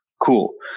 Cool